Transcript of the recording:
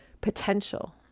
potential